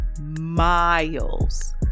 miles